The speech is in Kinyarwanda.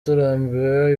turambiwe